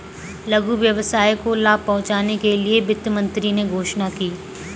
लघु व्यवसाय को लाभ पहुँचने के लिए वित्त मंत्री ने घोषणा की